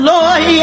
Lord